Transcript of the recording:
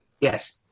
Yes